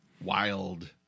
wild